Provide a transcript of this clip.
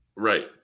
Right